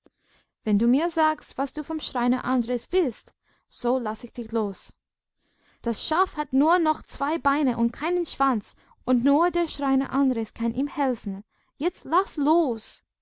wenn du mir sagst was du vom schreiner andres willst so lass ich dich los das schaf hat nur noch zwei beine und keinen schwanz und nur der schreiner andres kann ihm helfen jetzt laß los